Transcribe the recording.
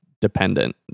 dependent